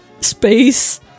Space